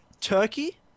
Turkey